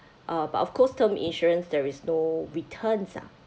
uh but of course term insurance there is no returns ah